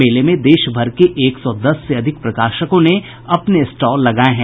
मेले में देश भर के एक सौ दस से अधिक प्रकाशकों ने अपने स्टॉल लगाये हैं